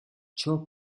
ciò